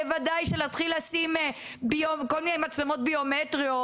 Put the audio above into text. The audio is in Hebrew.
בוודאי שלהתחיל לשים כל מיני מצלמות ביומטריות